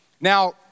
Now